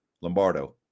Lombardo